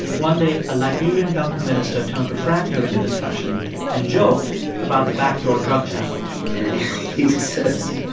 one day, a liberian government minister turned to frank during a discussion and joked about the backdoor drug channel and he says,